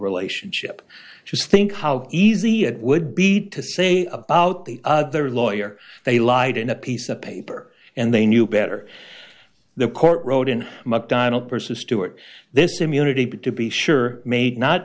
relationship just think how easy it would be to say about the other lawyer they lied in a piece of paper and they knew better the court wrote in mcdonnell persists to it this immunity but to be sure made not